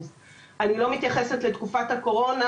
אני לא מתייחסת לתקופת הקורונה,